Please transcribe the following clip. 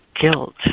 guilt